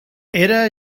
era